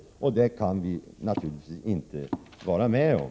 Det kan vi naturligtvis inte vara med om.